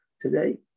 Today